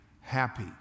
happy